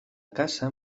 caça